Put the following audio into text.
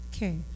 Okay